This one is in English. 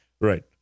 Right